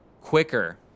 quicker